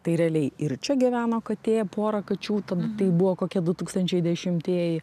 tai realiai ir čia gyveno katė pora kačių tada tai buvo kokie du tūkstančiai dešimtieji